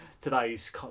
today's